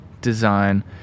design